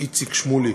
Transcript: איציק שמולי.